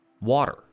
water